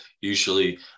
usually